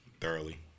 thoroughly